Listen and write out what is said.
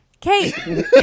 Kate